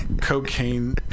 cocaine